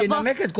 אבל אני נימקתי.